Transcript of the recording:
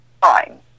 fine